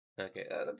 Okay